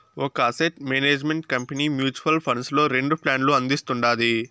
ఒక asset management company mutual funds లో రెండు ప్లాన్లు అందిస్తుండాది